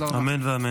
אמן ואמן.